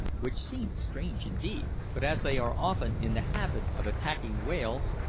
which seemed strange indeed but as they are often in the habit of attacking whales,